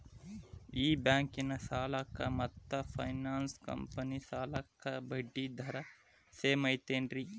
ಈ ಬ್ಯಾಂಕಿನ ಸಾಲಕ್ಕ ಮತ್ತ ಫೈನಾನ್ಸ್ ಕಂಪನಿ ಸಾಲಕ್ಕ ಬಡ್ಡಿ ದರ ಸೇಮ್ ಐತೇನ್ರೇ?